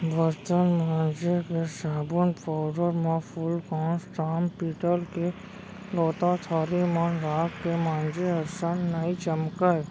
बरतन मांजे के साबुन पाउडर म फूलकांस, ताम पीतल के लोटा थारी मन राख के मांजे असन नइ चमकय